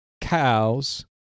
cows